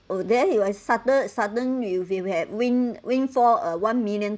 oh then he will sudden sudden if you have wind windfall one million